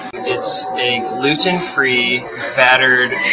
it's a gluten-free battered